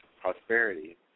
prosperity